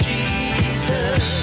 Jesus